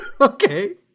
Okay